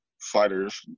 fighters